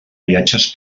viatges